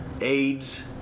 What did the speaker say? AIDS